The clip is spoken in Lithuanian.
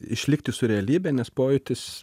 išlikti su realybe nes pojūtis